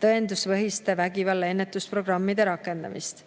tõenduspõhiste vägivallaennetuse programmide rakendamist.